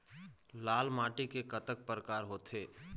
लाल माटी के कतक परकार होथे?